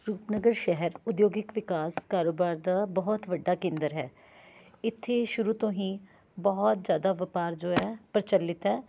ਰੂਪਨਗਰ ਸ਼ਹਿਰ ਉਦਯੋਗਿਕ ਵਿਕਾਸ ਕਾਰੋਬਾਰ ਦਾ ਬਹੁਤ ਵੱਡਾ ਕੇਂਦਰ ਹੈ ਇੱਥੇ ਸ਼ੁਰੂ ਤੋਂ ਹੀ ਬਹੁਤ ਜ਼ਿਆਦਾ ਵਪਾਰ ਜੋ ਹੈ ਪ੍ਰਚਿਲਤ ਹੈ